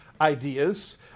ideas